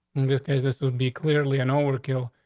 and just as this would be clearly an overkill,